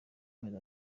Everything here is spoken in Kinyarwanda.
mezi